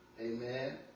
Amen